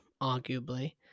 arguably